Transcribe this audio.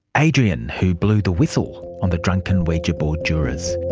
adrian, who blew the whistle on the drunken ouija board jurors.